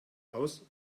aus